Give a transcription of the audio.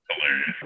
Hilarious